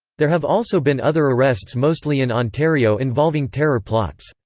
there have also been other arrests mostly in ontario involving terror plots.